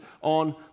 on